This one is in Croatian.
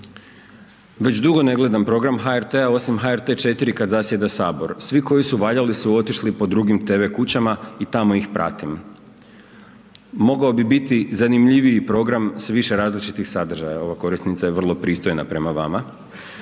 Već dugo ne gledam program HRT-a osim HRT kad zasjeda sabor. Svi koji su valjali su otišli po drugim tv kućama i tamo ih pratim. Mogao bi biti zanimljiviji program s više različitih sadržaja, ova korisnica je vrlo pristojna prema vama.